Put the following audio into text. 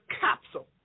capsule